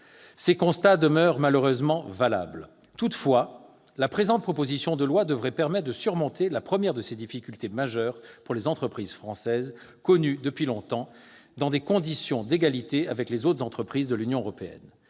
Ces constats demeurent malheureusement valables. Toutefois, la présente proposition de loi devrait permettre de surmonter la première de ces difficultés majeures pour les entreprises françaises, connue depuis longtemps, dans des conditions d'égalité avec les autres entreprises de l'Union européenne.